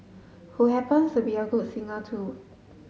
who happens to be a good singer too